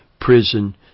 prison